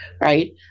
right